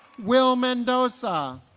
will mendoza